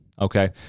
okay